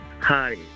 Hi